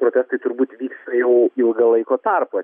protestai turbūt vyksta jau ilgą laiko tarpą